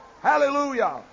Hallelujah